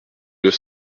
deux